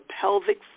pelvic